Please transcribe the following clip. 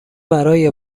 برای